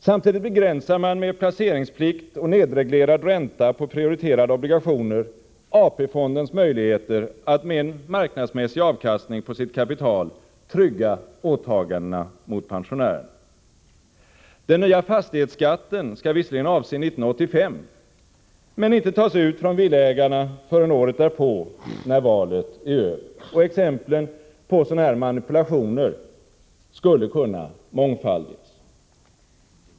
Samtidigt begränsar man med placeringsplikt och nedreglerad ränta på prioriterade obligationer AP-fondens möjligheter att med en marknadsmässig avkastning på sitt kapital trygga åtagandena mot pensionärerna. Den nya fastighetsskatten skall visserligen avse 1985 men inte tas ut från villaägarna förrän året därpå, när valet är över. Exemplen på sådana här manipulationer skulle kunna mångfaldigas.